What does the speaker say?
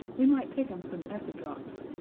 we might take him some acid drops.